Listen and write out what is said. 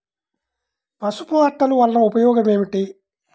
పసుపు అట్టలు వలన ఉపయోగం ఏమిటి?